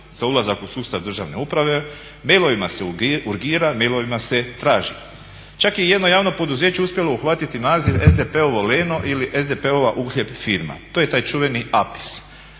za ulazak u sustav državne uprave, mailovima se urgira, mailovima se traži. Čak je jedno javno poduzeće uspjelo uhvatiti naziv SDP-ovo leno ili SDP-ova uhljeb firma. To je taj čuveni APIS